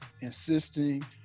insisting